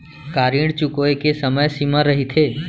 का ऋण चुकोय के समय सीमा रहिथे?